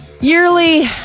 yearly